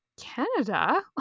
Canada